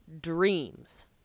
dreams